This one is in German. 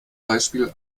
beispiel